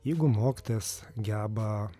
jeigu mokytojas geba